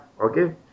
Okay